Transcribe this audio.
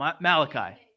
Malachi